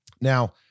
Now